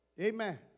Amen